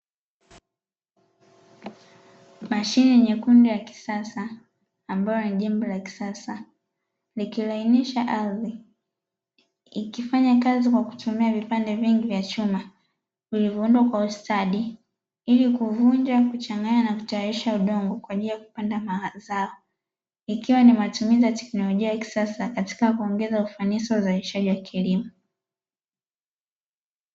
Mashine nyekundu ya kisasa, ambayo ina jembe la kisasa, likilainisha ardhi, ikifanya kazi kwa kutumia vipande vingi vya chuma vilivyofungwa kwa ustadi ili kuvunja, kuchanganya na kutayarisha udongo kwa ajili ya kupanda mazao. Ikiwa ni matumizi ya teknolojia ya kisasa katika kuongeza ufanisi wa uzalishaji wa kilimo.